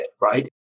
right